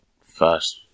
First